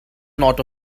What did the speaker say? not